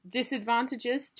disadvantages